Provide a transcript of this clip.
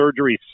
surgeries